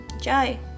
Jai